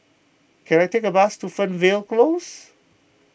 can I take a bus to Fernvale Close